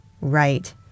right